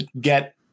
get